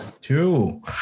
Two